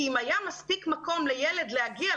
אם היה מספיק מקום לילד להגיע,